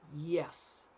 Yes